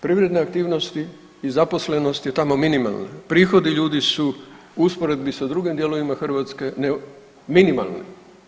Privredne aktivnosti i zaposlenost je tamo minimalna, prihodi ljudi su u usporedbi sa drugim dijelovima Hrvatske minimalni.